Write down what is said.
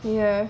ya